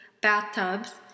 bathtubs